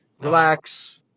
Relax